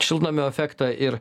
šiltnamio efektą ir